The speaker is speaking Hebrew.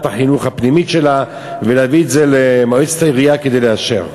החינוך הפנימית שלה ולהביא את זה למועצת העירייה לאישור.